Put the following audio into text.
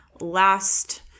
last